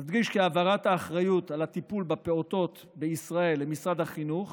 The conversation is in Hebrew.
נדגיש כי העברת האחריות על הטיפול בפעוטות בישראל למשרד החינוך